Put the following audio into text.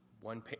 One